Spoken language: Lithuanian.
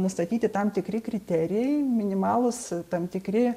nustatyti tam tikri kriterijai minimalūs tam tikri